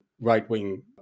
right-wing